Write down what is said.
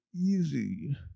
easy